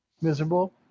miserable